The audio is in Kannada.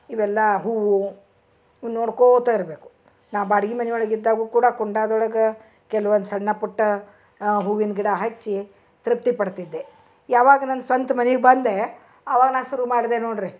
ಇವೆಲ್ಲ ಹೂವು ನೋಡ್ಕೋತಾ ಇರಬೇಕು ನಾ ಬಾಡಿಗಿ ಮನೆ ಒಳಗೆ ಇದ್ದಾಗು ಕೂಡ ಕುಂಡದೊಳಗ ಕೆಲ್ವೊಂದು ಸಣ್ಣ ಪುಟ್ಟ ಹೂವಿನ ಗಿಡ ಹಚ್ಚಿ ತೃಪ್ತಿ ಪಡ್ತಿದ್ದೆ ಯಾವಾಗ ನನ್ನ ಸ್ವಂತ ಮನಿಗೆ ಬಂದೆ ಆವಾಗ ನಾ ಶುರು ಮಾಡ್ದೆ ನೋಡ್ರಿ